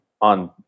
on